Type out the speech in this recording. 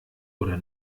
oder